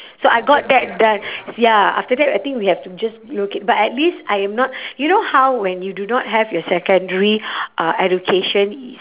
so I got that done ya after that I think we have to just locate but at least I am not you know how when you do not have your secondary uh education